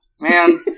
man